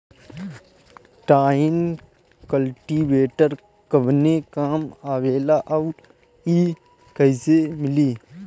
Tine cultivator कवने काम आवेला आउर इ कैसे मिली?